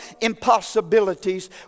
impossibilities